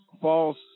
false